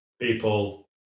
people